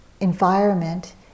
environment